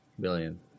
billion